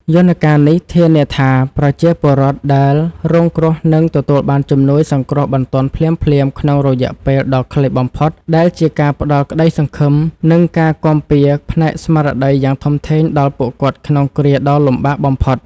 យន្តការនេះធានាថា ប្រជាពលរដ្ឋដែលរងគ្រោះនឹងទទួលបានជំនួយសង្គ្រោះបន្ទាន់ភ្លាមៗក្នុងរយៈពេលដ៏ខ្លីបំផុត ដែលជាការផ្តល់ក្តីសង្ឃឹម និងការគាំពារផ្នែកស្មារតីយ៉ាងធំធេងដល់ពួកគាត់ក្នុងគ្រាដ៏លំបាកបំផុត។